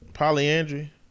polyandry